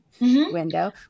window